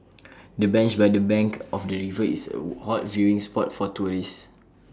the bench by the bank of the river is A hot viewing spot for tourists